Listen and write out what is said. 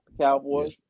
Cowboys